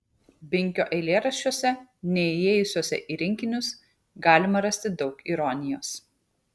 binkio eilėraščiuose neįėjusiuose į rinkinius galima rasti daug ironijos